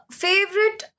favorite